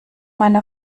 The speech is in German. meine